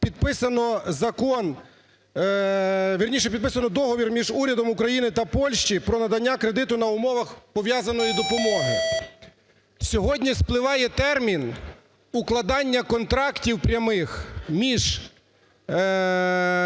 підписано Договір між урядом України та Польщі про надання кредиту на умовах пов'язаної допомоги. Сьогодні спливає термін укладання контрактів прямих між